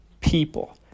people